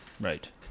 Right